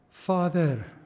Father